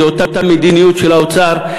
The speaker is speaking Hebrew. זו אותה מדיניות של האוצר,